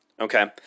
Okay